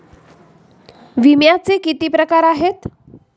विम्याचे किती प्रकार आहेत?